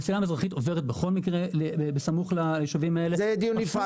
מסילה מזרחית עוברת בכל מקרה סמוך ליישובים האלה -- זה דיון נפרד.